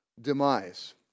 demise